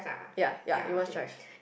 ya ya you must drive